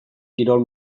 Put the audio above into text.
kirol